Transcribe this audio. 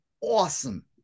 awesome